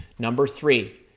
number three,